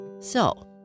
So